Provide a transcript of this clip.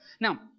Now